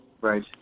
Right